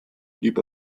blieb